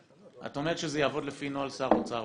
את אומרת שזה יעבוד לפי נוהל שר אוצר.